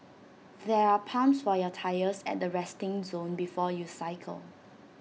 there are pumps for your tyres at the resting zone before you cycle